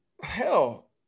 hell